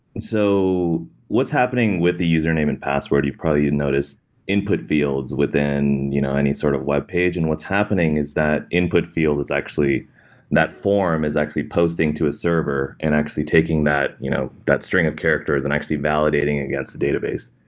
so what's happening with the username and password, you've probably noticed input fields within you know any sort of webpage, and what's happening is that input field is actually that form is actually posting to a server and actually taking that you know that string of characters and actually validating against the database.